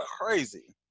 crazy